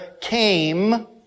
came